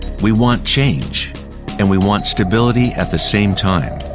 we want change and we want stability at the same time.